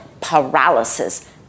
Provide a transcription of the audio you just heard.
paralysis